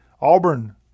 Auburn